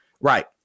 right